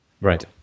Right